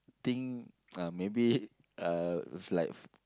think uh maybe uh it's like